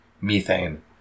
Methane